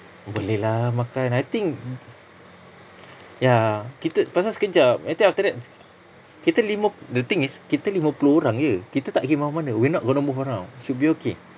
boleh lah makan I think ya kita pasal sekejap nanti after that kita lima the thing is kita lima puluh orang jer kita tak pergi mana-mana we're not gonna move around should be okay